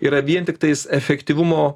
yra vien tiktais efektyvumo